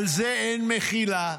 על זה אין מחילה.